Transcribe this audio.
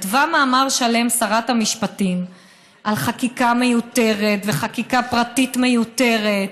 כתבה מאמר שלם שרת המשפטים על חקיקה מיותרת וחקיקה פרטית מיותרת,